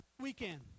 Weekend